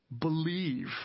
Believe